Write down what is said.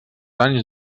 anys